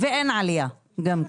ואין עלייה גם כן.